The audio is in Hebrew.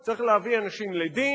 צריך להביא אנשים לדין,